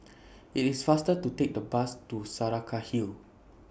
IT IS faster to Take The Bus to Saraca Hill